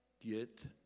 get